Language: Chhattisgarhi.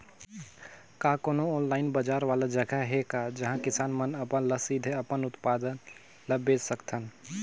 का कोनो ऑनलाइन बाजार वाला जगह हे का जहां किसान मन ल सीधे अपन उत्पाद ल बेच सकथन?